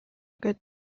god